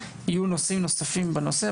יהיו דיונים בנושאים נוספים תחת הנושא הזה,